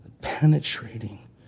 penetrating